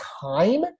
time